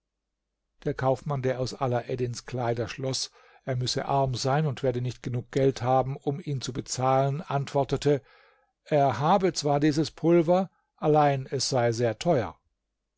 der kaufmann der aus alaeddins kleider schloß er müsse arm sein und werde nicht geld genug haben um ihn zu bezahlen antwortete er habe zwar dieses pulver allein es sei sehr teuer